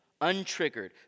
untriggered